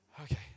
Okay